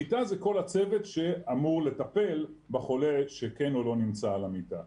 מיטה זה כל הצוות שאמור לטפל בחולה שכן הוא לא נמצא על המיטה.